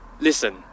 Listen